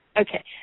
Okay